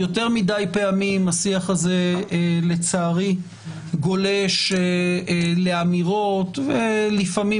יותר מידי פעמים לצערי השיח גולש לאמירות ולפעמים